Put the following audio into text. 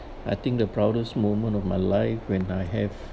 I think the proudest moment of my life when I have